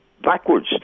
Backwards